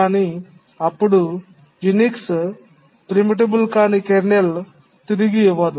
కానీ అప్పుడు Unix preemptible కాని కెర్నల్ తిరిగి ఇవ్వదు